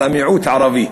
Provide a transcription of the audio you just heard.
על המיעוט הערבי.